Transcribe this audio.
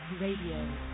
Radio